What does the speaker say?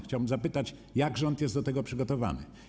Chciałbym zapytać, jak rząd jest do tego przygotowany.